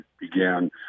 began